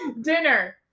Dinner